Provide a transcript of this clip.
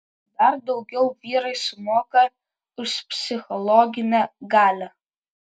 dar daugiau vyrai sumoka už psichologinę galią